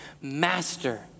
Master